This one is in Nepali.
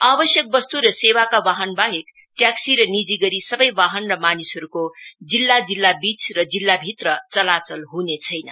आवश्यक वस्तुहरू र सेवाका वाहन बाहेक ट्याक्सी र निजी गरी सबै वाहन र मानिसहरूको जिल्ला जिल्लाबीच र जिल्लाभित्र चलाचल हुनेछैन